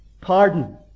pardon